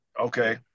okay